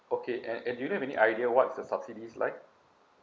okay and and do you have any idea what is the subsidy like